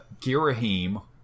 Girahim